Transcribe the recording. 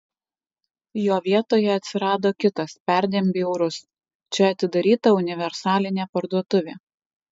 jo vietoje atsirado kitas perdėm bjaurus čia atidaryta universalinė parduotuvė